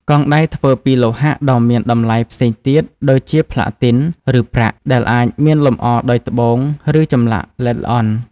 កងដៃធ្វើពីលោហៈដ៏មានតម្លៃផ្សេងទៀត ដូចជាផ្លាទីន ឬប្រាក់ ដែលអាចមានលម្អដោយត្បូង ឬចម្លាក់ល្អិតល្អន់។